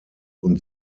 und